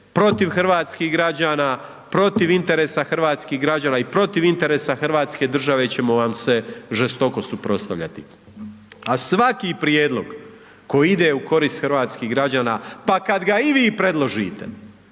protiv hrvatskih građana, protiv interesa hrvatskih građana i protiv interesa hrvatske države ćemo vam se žestoko suprotstavljati a svaki prijedlog koji ide u korist hrvatskih građana, pa kad ga i vi predložite